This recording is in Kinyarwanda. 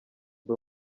ndi